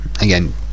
Again